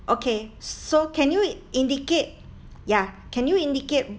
okay so can you indicate ya can you indicate